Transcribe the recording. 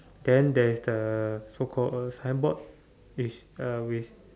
then there is the so called a signboard which uh which